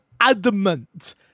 adamant